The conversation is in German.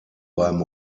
beim